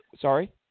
Sorry